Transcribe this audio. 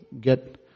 get